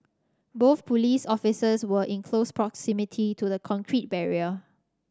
both police officers were in close proximity to the concrete barrier